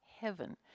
heaven